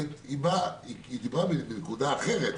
שעלתה דיברה מנקודה אחרת,